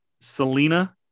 Selena